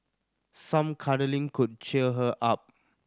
some cuddling could cheer her up